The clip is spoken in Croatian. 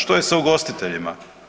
Što je sa ugostiteljima?